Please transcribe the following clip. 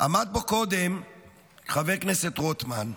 עמד פה קודם חבר הכנסת רוטמן,